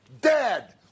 dead